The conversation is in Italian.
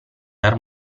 dar